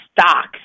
stocks